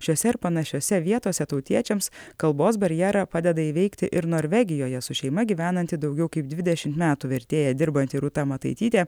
šiose ir panašiose vietose tautiečiams kalbos barjerą padeda įveikti ir norvegijoje su šeima gyvenanti daugiau kaip dvidešimt metų vertėja dirbanti rūta mataitytė